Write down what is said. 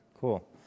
Cool